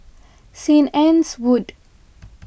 St Anne's Wood